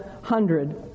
hundred